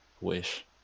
Wish